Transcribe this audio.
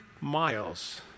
miles